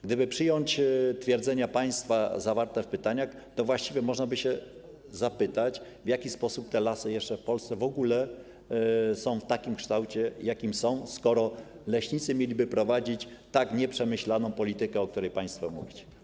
Gdyby przyjąć twierdzenia państwa zawarte w pytaniach, to właściwie można by zapytać, w jaki sposób lasy w Polsce w ogóle jeszcze są w takim kształcie, w jakim są, skoro leśnicy mieliby prowadzić tak nieprzemyślaną politykę, o której państwo mówicie.